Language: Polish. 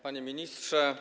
Panie Ministrze!